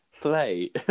play